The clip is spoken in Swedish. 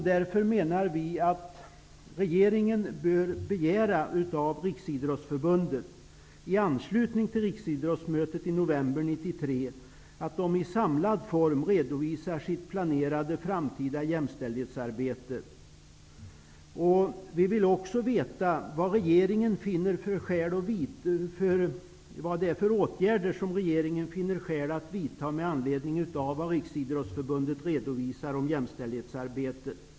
Därför menar vi att regeringen bör begära att Riksidrottsförbundet, i anslutning till riksidrottsmötet i november 1993, samlat redovisar det framtida planerade jämställdhetsarbetet. Vi vill också veta vilka åtgärder regeringen finner skäl att vidta med anledning av vad Riksidrottsförbundet redovisar om jämställdhetsarbetet.